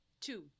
two